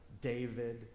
David